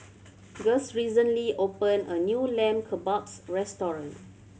Guss recently opened a new Lamb Kebabs Restaurant